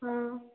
ହଁ